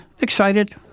excited